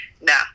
no